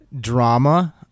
drama